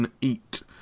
Eat